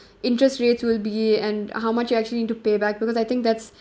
interest rates will be and how much you actually need to pay back because I think that's